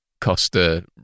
Costa